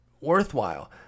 worthwhile